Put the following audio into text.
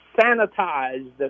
sanitized